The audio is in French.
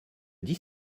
dix